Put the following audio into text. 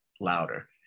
louder